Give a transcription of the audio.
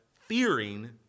fearing